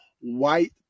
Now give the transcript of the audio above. white